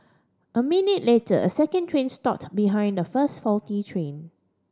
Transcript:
a minute later a second train stopped behind the first faulty train